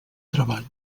treball